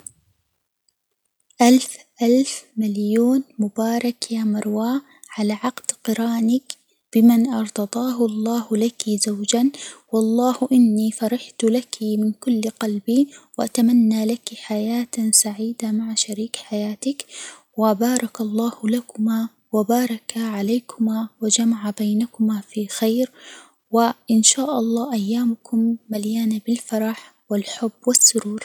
ألف ألف مليون، مبارك يا مروة على عقد قرانك بمن ارتضاه الله لك زوجًا، والله إني فرحت لك من كل قلبي، وأتمنى لك حياةً سعيدة مع شريك حياتك، و بارك الله لكما وبارك عليكما وجمع بينكما في خير، وإن شاء الله أيامكم مليانة بالفرح والحب والسرور.